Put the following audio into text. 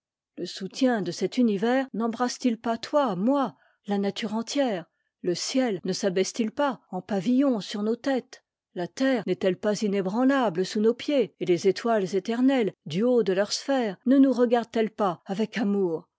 le soutien de cet univers nembrasse t il pas toi moi la nature entière le ciel ne s'a baisse t it pas en pavitton sur nos têtes la terre n'est-elle pas inébranlable sous nos pieds et les étoiles éternettes du haut de leur sphère ne nous regardent elles pas avec amour